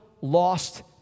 lost